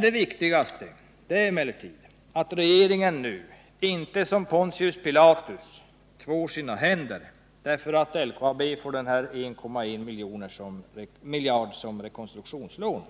Det viktigaste är emellertid att regeringen nu inte, som Pontius Pilatus, tvår sina händer därför att LKAB får denna 1,1 miljarder kronor i rekonstruktionslån.